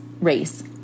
race